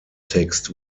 text